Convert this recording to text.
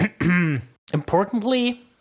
importantly